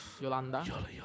Yolanda